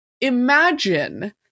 imagine